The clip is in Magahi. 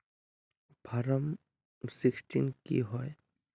फारम सिक्सटीन की होय?